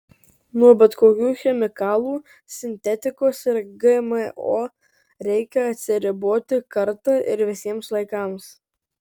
nuo bet kokių chemikalų sintetikos ir gmo reikia atsiriboti kartą ir visiems laikams